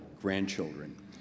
grandchildren